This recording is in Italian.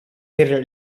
per